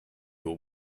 your